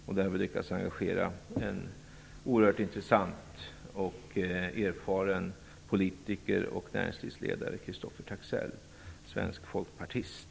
Där har vi lyckats engagera en oerhört intressant och erfaren politiker och näringslivsledare, Christoffer Taxell. Han är svensk folkpartist.